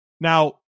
Now